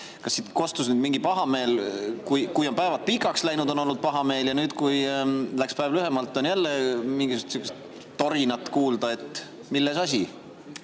Kas siit kostus nüüd mingi pahameel? Kui on päevad pikaks läinud, on olnud pahameel, ja nüüd, kui läks päev lühemalt, on jälle mingisugust sihukest torinat kuulda. Milles asi?